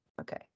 Okay